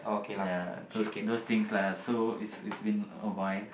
ya those those things lah so it's been awhile